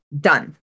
done